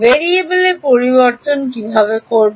ভেরিয়েবলের পরিবর্তন কীভাবে করবেন